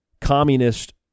communist